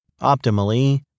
Optimally